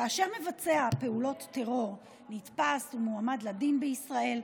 כאשר מבצע פעולות טרור נתפס ומועמד לדין בישראל,